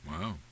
Wow